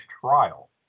trial